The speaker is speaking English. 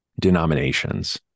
denominations